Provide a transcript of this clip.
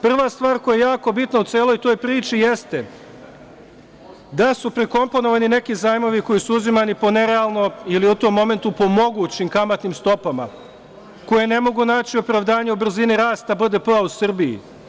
Prva stvar koja je jako bitna u celoj toj priči jeste da su prekomponovani neki zajmovi koji su uzimani po nerealno ili u tom momentu po mogućim kamatnim stopama koje ne mogu naći opravdanje u brzini rasta BDP-a u Srbiji.